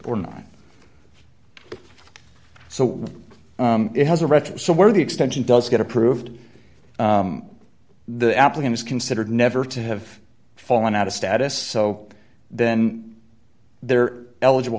or not so it has a record somewhere the extension does get approved the applicant is considered never to have fallen out of status so then they're eligible